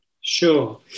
Sure